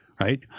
right